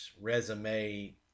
resume